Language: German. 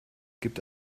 gibt